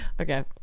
okay